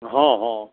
हँ हँ